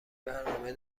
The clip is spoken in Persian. برنامه